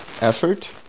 effort